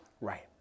right